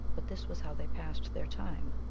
but this was how they passed their time.